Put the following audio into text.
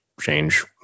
change